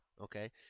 Okay